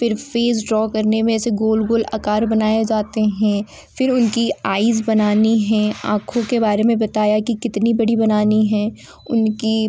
फिर faces draw करने में ऐसे गोल गोल अकार बनाए जाते हैं फिर उनकी आइज़ बनानी हैं आँखों के बारे में बताया कि कितनी बड़ी बनानी हैं उनकी